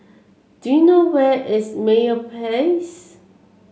do you know where is Meyer Place